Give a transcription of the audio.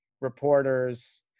reporters